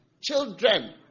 children